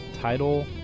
Title